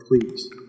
please